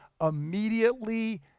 immediately